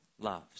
loves